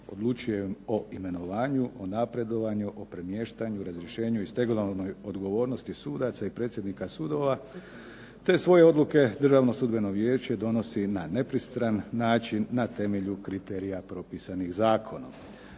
odlučuje o imenovanju, o napredovanju, o premještanju, razrješenju i stegovnoj odgovornosti sudaca i predsjednika sudova, te svoje odluke Državno sudbeno vijeće donosi na nepristran način na temelju kriterija propisanih zakonom.